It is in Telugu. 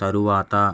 తరువాత